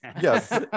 Yes